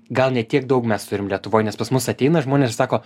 gal ne tiek daug mes turim lietuvoj nes pas mus ateina žmonės ir sako